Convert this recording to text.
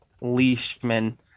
Leishman